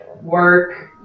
work